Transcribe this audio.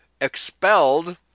expelled